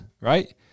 right